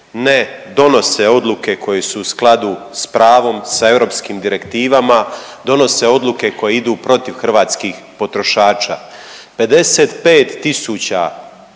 ne donose odluke koje su u skladu s pravom sa europskim direktivama, donose odluke koje idu protiv hrvatskih potrošača. 55.000